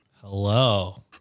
hello